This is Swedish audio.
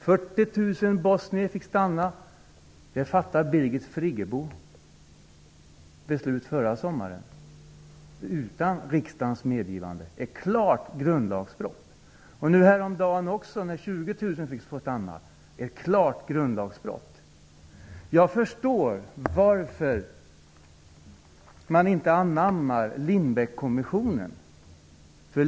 40 000 bosnier fick stanna. Det fattade Birgit Friggebo beslut om förra sommaren utan riksdagens medgivande. Det är ett klart grundlagsbrott. Häromdagen fick 20 000 stanna. Det är också ett klart grundlagsbrott. Jag förstår varför man inte anammar Lindbeckkommisssionen.